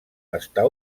estar